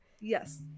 yes